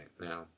Now